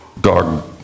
dog